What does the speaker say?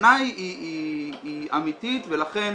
והסכנה היא אמיתית ולכן